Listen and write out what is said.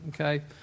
okay